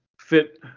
fit